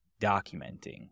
documenting